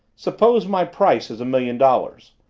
suppose my price is a million dollars.